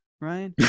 right